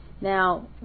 now